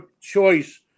choice